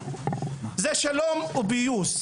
זה שלום ופיוס,